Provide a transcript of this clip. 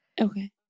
Okay